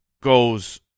goes